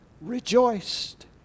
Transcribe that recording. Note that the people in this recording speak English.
rejoiced